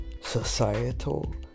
societal